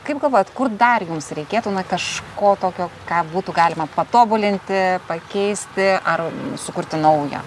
kaip galvojat kur dar jums reikėtų na kažko tokio ką būtų galima patobulinti pakeisti ar sukurti naują